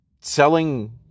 selling